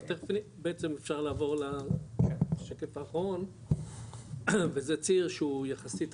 בעצם אפשר לעבור לשקף האחרון וזה ציר שהוא יחסית חדש,